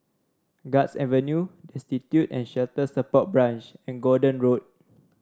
Guards Avenue Destitute and Shelter Support Branch and Gordon Road